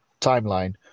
timeline